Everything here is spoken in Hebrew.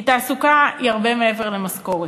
כי תעסוקה היא הרבה מעבר למשכורת,